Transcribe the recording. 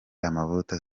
amavuta